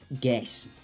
guess